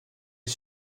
est